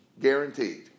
Guaranteed